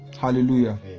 Hallelujah